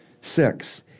Six